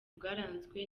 bwaranzwe